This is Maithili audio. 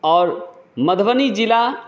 आओर मधुबनी जिला